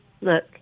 look